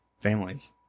families